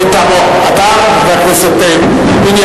או מי מטעמו, אתה, חבר הכנסת פיניאן?